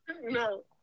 No